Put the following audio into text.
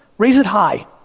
raise it high,